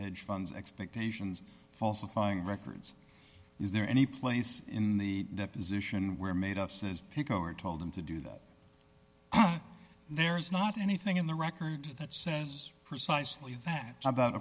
hedge funds expectations falsifying records is there any place in the deposition where made up says pick over told him to do that there is not anything in the record that says precisely that about